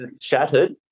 shattered